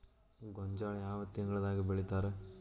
ಗೋಂಜಾಳ ಯಾವ ತಿಂಗಳದಾಗ್ ಬೆಳಿತಾರ?